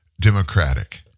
Democratic